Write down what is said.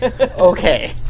Okay